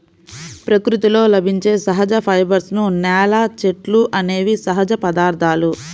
ప్రకృతిలో లభించే సహజ ఫైబర్స్, నేల, చెట్లు అనేవి సహజ పదార్థాలు